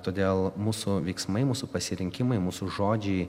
todėl mūsų veiksmai mūsų pasirinkimai mūsų žodžiai